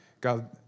God